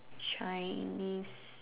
chinese